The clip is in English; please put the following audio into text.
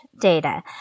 data